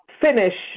finish